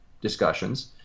discussions